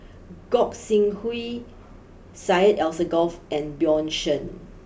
Gog sing Hooi Syed Alsagoff and Bjorn Shen